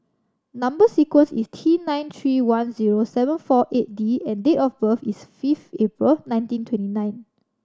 number sequence is T nine three one zero seven four eight D and date of birth is fifth April nineteen twenty nine